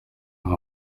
nka